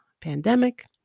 pandemic